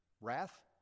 wrath